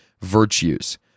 virtues